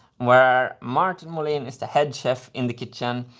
where martin molin is the head chef in the kitchen,